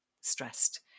stressed